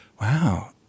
wow